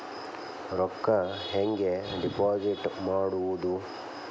ರೊಕ್ಕ ಹೆಂಗೆ ಡಿಪಾಸಿಟ್ ಮಾಡುವುದು?